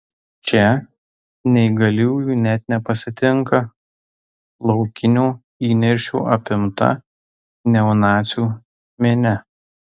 čia neįgaliųjų net nepasitinka laukinio įniršio apimta neonacių minia